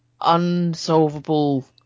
unsolvable